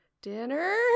dinner